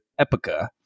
Epica